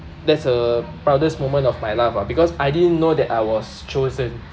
that's a proudest moment of my life ah because I didn't know that I was chosen